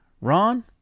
Ron